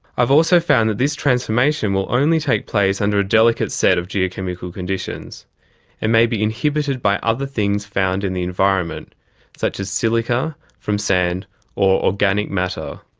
i've also found that this transformation will only take place under a delicate set of geochemical conditions and may be inhibited by other things found in the environment such as silica from sand or organic matter.